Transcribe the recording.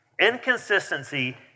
Inconsistency